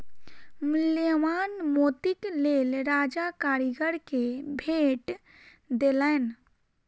मूल्यवान मोतीक लेल राजा कारीगर के भेट देलैन